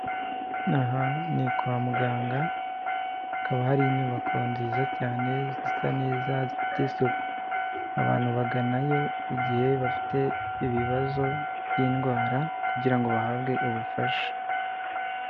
Aha ni kwa muganga hakaba hari inyubako nziza cyane zisa neza zifite isuku, abantu baganayo igihe bafite ibibazo by'indwara kugira ngo bahabwe ubufasha.